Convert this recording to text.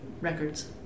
records